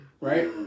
Right